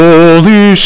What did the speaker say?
Holy